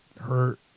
hurt